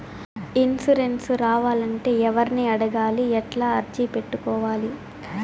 Insurance రావాలంటే ఎవర్ని అడగాలి? ఎట్లా అర్జీ పెట్టుకోవాలి?